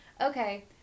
Okay